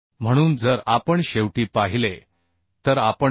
म्हणून जर आपण शेवटी पाहिले तर आपण बी